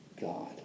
God